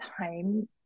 time